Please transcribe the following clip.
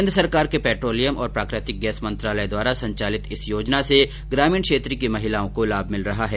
केन्द्र सरकार के पेट्रोलियम और प्राकृतिक गैस मंत्रालय द्वारा संचालित इस योजना से ग्रामीण क्षेत्र की महिलाओं को लाभ मिल रहा है